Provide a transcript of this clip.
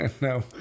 No